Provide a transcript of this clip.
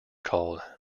called